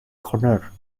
corner